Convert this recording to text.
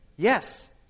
Yes